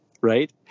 right